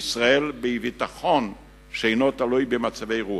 וישראל בביטחון שאינו תלוי במצבי רוח,